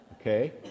okay